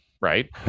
right